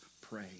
pray